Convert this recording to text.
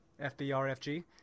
FBRFG